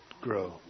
grow